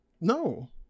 no